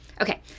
Okay